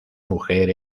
mujer